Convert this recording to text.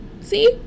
see